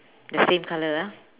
the same colour ah